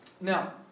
Now